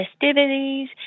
festivities